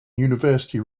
university